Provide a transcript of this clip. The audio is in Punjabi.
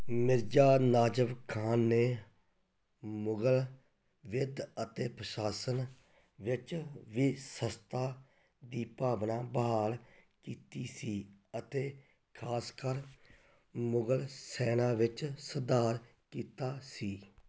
ਮਿਰਜ਼ਾ ਨਾਜ਼ਫ਼ ਖ਼ਾਨ ਨੇ ਮੁਗ਼ਲ ਵਿੱਧ ਅਤੇ ਪ੍ਰਸ਼ਾਸਨ ਵਿੱਚ ਵਿਵਸਥਾ ਦੀ ਭਾਵਨਾ ਬਹਾਲ ਕੀਤੀ ਸੀ ਅਤੇ ਖ਼ਾਸਕਰ ਮੁਗ਼ਲ ਸੈਨਾ ਵਿੱਚ ਸੁਧਾਰ ਕੀਤਾ ਸੀ